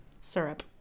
Syrup